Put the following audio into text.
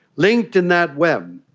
linked in that web,